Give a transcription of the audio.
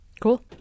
Cool